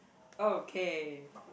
okay